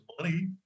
money